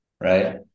right